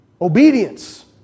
Obedience